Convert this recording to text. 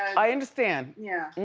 i understand. yeah